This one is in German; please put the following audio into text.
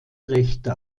rechte